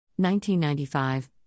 1995